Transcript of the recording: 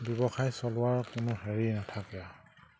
ব্যৱসায় চলোৱাৰ কোনো হেৰি নাথাকে